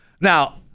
Now